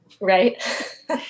right